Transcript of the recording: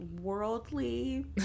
worldly